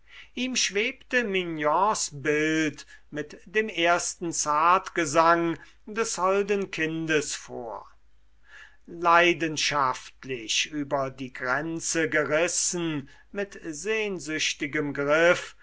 ihm schwebte mignons bild mit dem ersten zartgesang des holden kindes vor leidenschaftlich über die grenze gerissen mit sehnsüchtigem griff